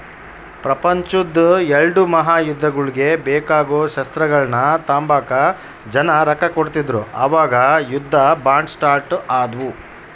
ಪ್ರಪಂಚುದ್ ಎಲ್ಡೂ ಮಹಾಯುದ್ದಗುಳ್ಗೆ ಬೇಕಾಗೋ ಶಸ್ತ್ರಗಳ್ನ ತಾಂಬಕ ಜನ ರೊಕ್ಕ ಕೊಡ್ತಿದ್ರು ಅವಾಗ ಯುದ್ಧ ಬಾಂಡ್ ಸ್ಟಾರ್ಟ್ ಆದ್ವು